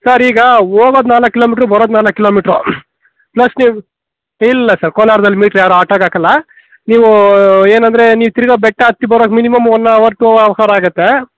sir ಈಗ ಹೋಗೋದು ನಾಲ್ಕು ಕಿಲೋಮೀಟರ್ ಬರೋದು ನಾಲ್ಕು ಕಿಲೋಮೀಟರ್ ಪ್ಲಸ್ ನೀವು ಇಲ್ಲ ಸರ್ ಕೋಲಾರದಲ್ಲಿ ಮೀಟರ್ ಯಾರೂ ಆಟೋಗೆ ಹಾಕಲ್ಲ ನೀವು ಏನೆಂದರೆ ನೀವು ತಿರುಗ ಬೆಟ್ಟ ಹತ್ತಿ ಬರೋದು ಮಿನಿಮಮ್ ಒನ್ ಹವರ್ ಟು ಅವ ಹವರ್ ಆಗತ್ತೆ